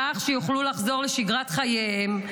כך שיוכלו לחזור לשגרת חייהם,